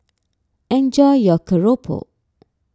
enjoy your Keropok